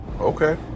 Okay